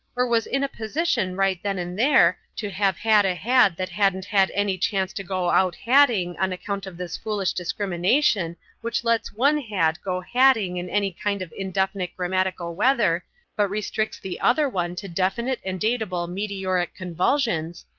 or was in a position right then and there to have had a had that hadn't had any chance to go out hadding on account of this foolish discrimination which lets one had go hadding in any kind of indefinite grammatical weather but restricts the other one to definite and datable meteoric convulsions,